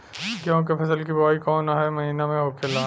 गेहूँ के फसल की बुवाई कौन हैं महीना में होखेला?